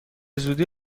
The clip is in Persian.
زودی